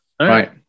Right